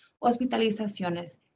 hospitalizaciones